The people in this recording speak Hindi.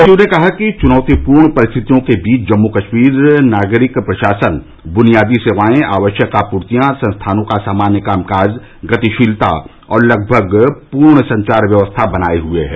सचिव ने कहा कि चुनौतीपूर्ण परिस्थितियों के बीच जम्मू कश्मीर नागरिक प्रशासन बुनियादी सेवाएं आवश्यक आपूर्तियां संस्थानों का सामान्य कामकाज गतिशीलता और लगभग पूर्ण संचार व्यवस्था बनाए हुए है